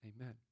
Amen